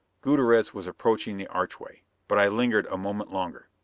gutierrez was approaching the archway. but i lingered a moment longer.